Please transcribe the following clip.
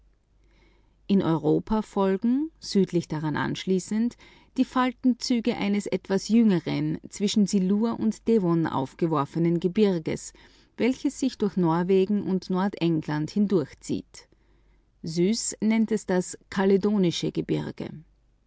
in europa folgen südlich daran anschließend die faltenzüge eines etwas jüngeren zwischen silur und devon aufgeworfenen gebirges welches sich durch norwegen und nordengland hindurchzieht e suess nennt es das kaledonische gebirge